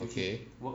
okay